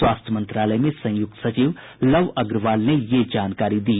स्वास्थ्य मंत्रालय में संयुक्त सचिव लव अग्रवाल ने यह जानकारी दी